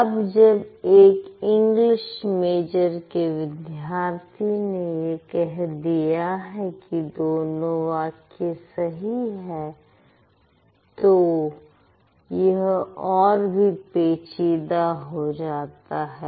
अब जब एक इंग्लिश मेजर के विद्यार्थी ने यह कह दिया है कि दोनों वाक्य सही है तो यह और भी पेचीदा हो जाता है